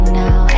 now